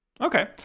Okay